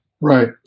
Right